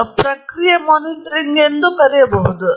ಆದ್ದರಿಂದ ಇದು ಪ್ರಕ್ರಿಯೆ ಮಾನಿಟರಿಂಗ್ ಎಂದೂ ಕರೆಯಲ್ಪಡುತ್ತದೆ